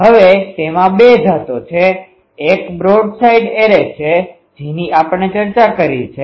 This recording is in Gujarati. હવે તેમાં બે જાતો છે એક બ્રોડસાઇડ એરે છે જેની આપણે ચર્ચા કરી છે